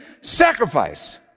sacrifice